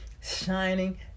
shining